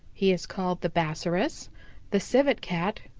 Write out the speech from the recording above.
he is called the bassaris, the civet cat,